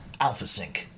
AlphaSync